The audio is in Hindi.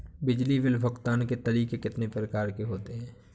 बिजली बिल भुगतान के तरीके कितनी प्रकार के होते हैं?